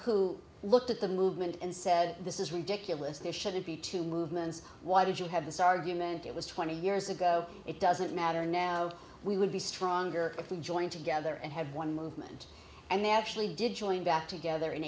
who looked at the movement and said this is ridiculous this shouldn't be two movements why did you have this argument it was twenty years ago it doesn't matter now we would be stronger if we join together and have one movement and they actually did join back together